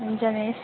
हुन्छ मिस